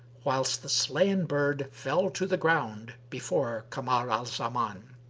whilst the slain bird fell to the ground before kamar al-zaman.